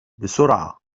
بسرعة